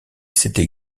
s’était